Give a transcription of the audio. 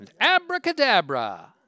abracadabra